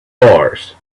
mars